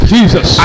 Jesus